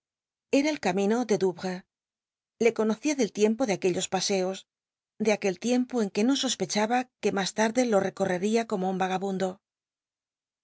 era el camino de douvres le conocía del tiempo de aquellos paseos de aquel tiempo en que no sospechaba que más tarde lo ccoreia como un vagabundo